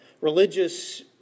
religious